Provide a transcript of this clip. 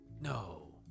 No